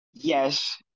Yes